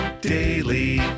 Daily